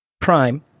Prime